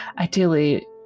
ideally